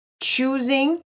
choosing